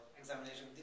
examination